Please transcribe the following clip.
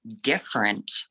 different